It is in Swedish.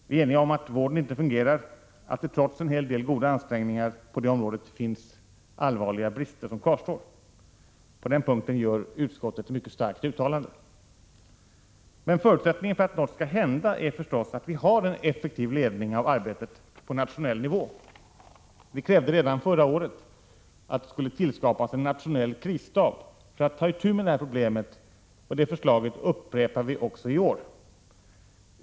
Vi är eniga om att vården inte fungerar, att det trots en hel del goda ansträngningar på det området kvarstår allvarliga brister. På den här punkten gör utskottet ett mycket starkt uttalande. Men förutsättningen för att något skall hända är förstås att vi har en effektiv ledning av arbetet på nationell nivå. Vi krävde redan förra året att det skulle tillskapas en nationell krisstab för att ta itu med det här problemet, och det förslaget upprepar vi också i år.